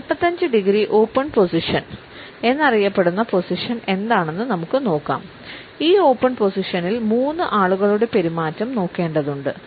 45 degree open position എന്നറിയപ്പെടുന്ന position എന്താണെന്ന് നമുക്ക് നോക്കാം ഈ ഓപ്പൺ പൊസിഷനിൽ മൂന്ന് ആളുകളുടെ പെരുമാറ്റം നോക്കേണ്ടതുണ്ട്